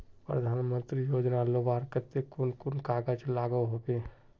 प्रधानमंत्री योजना लुबार केते कुन कुन कागज लागोहो होबे?